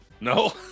No